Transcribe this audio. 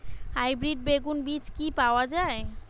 Hybrid বেগুন বীজ কি পাওয়া য়ায়?